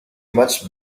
much